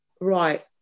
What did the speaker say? right